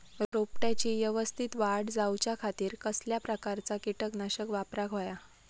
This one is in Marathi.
रोपट्याची यवस्तित वाढ जाऊच्या खातीर कसल्या प्रकारचा किटकनाशक वापराक होया?